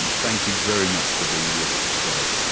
thank you very much for being with us today.